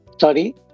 Sorry